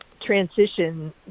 transition